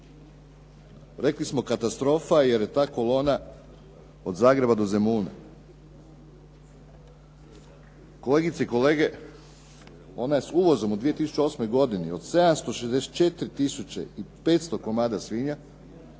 rekli smo katastrofa jer je ta kolona od Zagreba do Zemuna. Kolegice i kolege, ona je s uvozom u 2008. godini od 764 tisuće i 500 komada svinja,